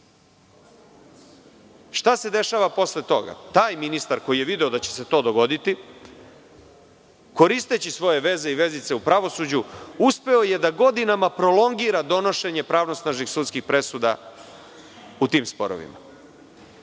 se dešava posle toga? Taj ministar koji je video da će se to dogoditi, koristeći svoje veze i vezice u pravosuđu, uspeo je da godinama prolongira donošenje pravnosnažnih sudskih presuda u tim sporovima.